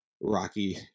Rocky